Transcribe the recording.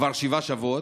כבר שבעה שבועות,